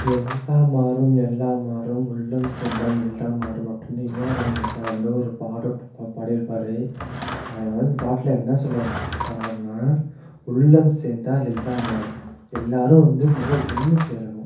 எல்லாம் மாறும் எல்லாம் மாறும் உள்ளம் சேர்ந்தால் எல்லாம் மாறும் அப்படினு ஏ ஆர் ரகுமான் சார் வந்து ஒரு பாடல் பாடியிருப்பாரு அதில் இந்த பாட்டில் என்ன சொல்ல வராருன்னா உள்ளம் சேர்ந்தா எல்லாம் மாறும் எல்லோரும் வந்து முதல்ல ஒன்று சேரணும்